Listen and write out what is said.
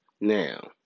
Now